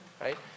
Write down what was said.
right